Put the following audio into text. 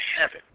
heaven